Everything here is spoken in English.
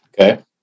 Okay